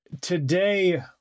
Today